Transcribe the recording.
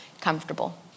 comfortable